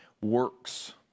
works